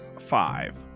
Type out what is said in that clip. five